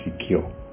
secure